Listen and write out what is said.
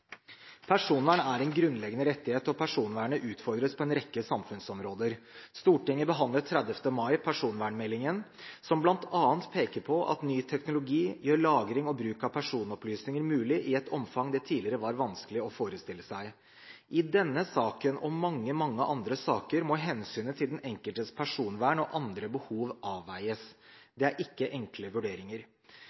Personvern er en grunnleggende rettighet, og personvernet utfordres på en rekke samfunnsområder. Stortinget behandlet 28. mai personvernmeldingen, som bl.a. peker på at ny teknologi gjør lagring og bruk av personopplysninger mulig i et omfang det tidligere var vanskelig å forestille seg. I denne saken og i mange, mange andre saker må hensynet til den enkeltes personvern og andre behov avveies. Det er ikke enkle vurderinger.